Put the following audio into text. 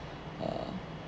err